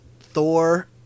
Thor